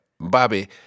Bobby